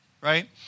right